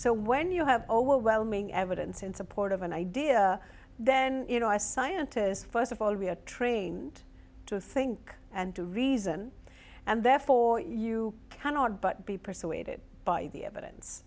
so when you have overwhelming evidence in support of an idea then you know i scientists first of all we are trained to think and to reason and therefore you cannot but be persuaded by the evidence